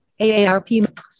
AARP